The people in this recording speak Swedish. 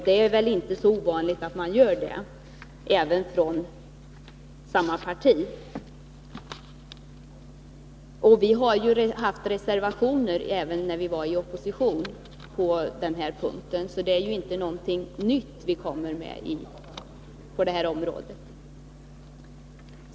Det är väl inte så ovanligt att ett sådant tillkännagivande föreslås även av ledamöter av samma parti som regeringspartiet. Vi har haft reservationer på denna punkt när vi var i opposition, så det är ju ingenting nytt vi kommer med på detta område.